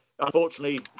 Unfortunately